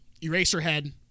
Eraserhead